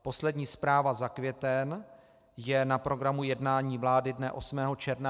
Poslední zpráva za květen je na programu jednání vlády dne 8. června 2016.